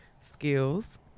skills